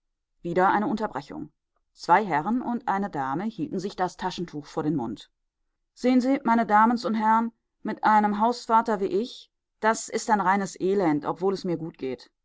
wieder eine unterbrechung zwei herren und eine dame hielten sich das taschentuch vor den mund sehen sie meine damens und herr'n mit einem hausvater wie ich ist das ein reines elend obwohl es mir gut geht